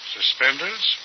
Suspenders